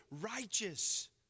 righteous